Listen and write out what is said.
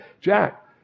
Jack